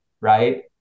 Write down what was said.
right